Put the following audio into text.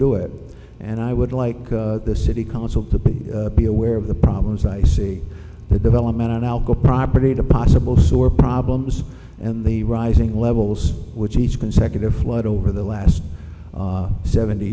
do it and i would like the city council to be aware of the problems i see the development and i'll go property to possible sewer problems and the rising levels which each consecutive flood over the last seventy